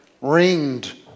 ringed